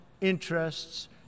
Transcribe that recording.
interests